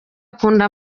akunda